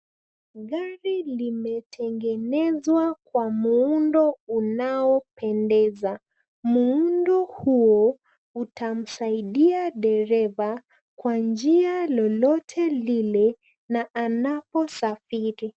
Gari zimetengenezwa kwa muundo unaopendeza. Muundo huo utamsaidia dereva kwa njia lolote lile na anaposafiri.